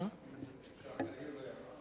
אפשר הערה?